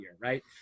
Right